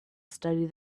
studied